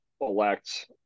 elect